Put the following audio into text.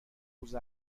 روز